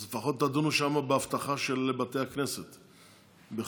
אז לפחות תדונו שם באבטחה של בתי הכנסת בחו"ל,